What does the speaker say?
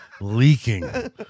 leaking